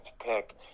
pick